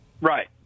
Right